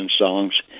songs